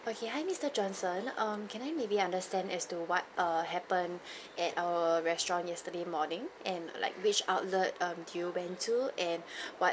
okay hi mister johnson um can I maybe understand as to what err happened at our restaurant yesterday morning and like which outlet um did you went to and what